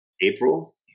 April